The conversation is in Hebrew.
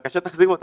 בבקשה תחזירו אותנו.